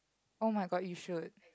oh-my-god you should